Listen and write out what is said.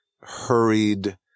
hurried